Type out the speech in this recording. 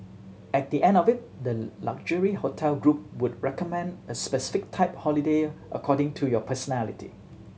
at the end of it the luxury hotel group would recommend a specific type holiday according to your personality